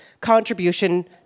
contribution